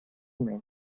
men